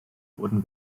wurden